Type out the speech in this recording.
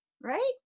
Right